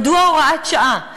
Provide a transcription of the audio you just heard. מדוע הוראת שעה?